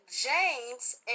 James